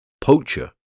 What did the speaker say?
poacher